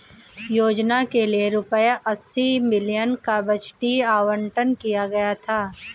योजना के लिए रूपए अस्सी बिलियन का बजटीय आवंटन किया गया था